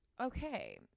Okay